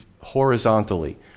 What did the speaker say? horizontally